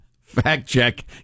Fact-check